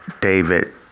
David